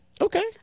Okay